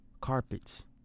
carpets